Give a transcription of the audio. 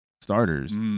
starters